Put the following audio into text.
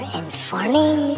informing